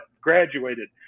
graduated